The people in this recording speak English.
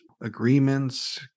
agreements